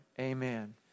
Amen